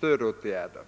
stödåtgärder.